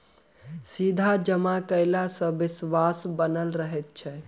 सीधा जमा कयला सॅ विश्वास बनल रहैत छै